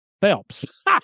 Phelps